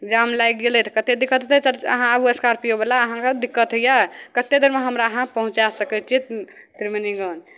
जाम लागि गेलै तऽ कतेक दिक्कत हेतै अहाँ आबू स्कार्पियोवला अहाँ हमरा दिक्कत होइए कतेक देरमे अहाँ हमरा पहुँचा सकैत छियै त्रिवेणीगंज